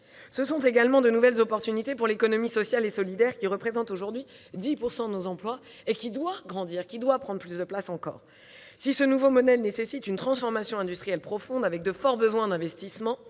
Ce sont également de nouvelles opportunités pour l'économie sociale et solidaire, qui représente aujourd'hui 10 % de nos emplois et qui doit prendre plus de place encore. Si ce nouveau modèle nécessite une transformation industrielle profonde, avec de forts besoins d'investissement-